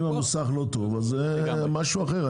ואם המוסך לא טוב זה משהו אחר,